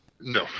No